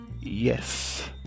Yes